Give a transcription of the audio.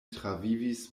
travivis